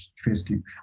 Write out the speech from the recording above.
interesting